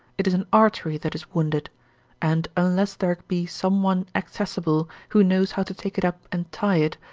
it is an artery that is wounded and, unless there be some one accessible, who knows how to take it up and tie it,